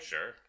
Sure